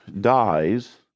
dies